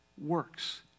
works